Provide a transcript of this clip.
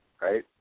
right